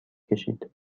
کشید